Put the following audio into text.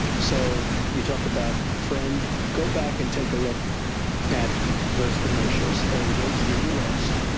so you talk about friend, go back and take a look at those commercials. a race where you lost,